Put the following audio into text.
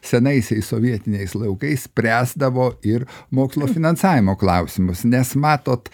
senaisiais sovietiniais laikais spręsdavo ir mokslo finansavimo klausimus nes matot